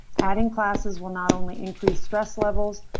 adding classes will not only increase stress levels,